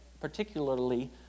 particularly